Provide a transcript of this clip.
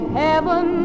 heaven